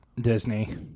Disney